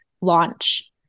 launch